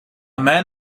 man